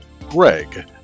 greg